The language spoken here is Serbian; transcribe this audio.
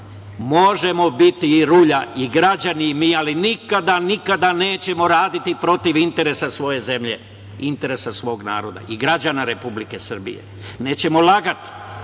Možemo biti i rulja i građani i mi, ali nikada, nikada nećemo raditi protiv interesa svoje zemlje, interesa svog naroda i građana Republike Srbije. Nećemo lagati,